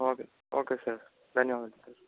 okay okay sir ధన్యవాదాలు sir